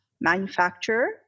manufacturer